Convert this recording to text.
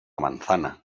manzana